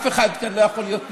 אף אחד כאן לא יכול להיות נקי,